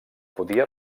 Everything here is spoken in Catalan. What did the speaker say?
podia